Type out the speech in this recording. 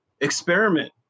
experiment